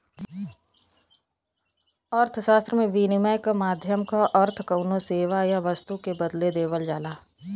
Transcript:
अर्थशास्त्र में, विनिमय क माध्यम क अर्थ कउनो सेवा या वस्तु के बदले देवल जाला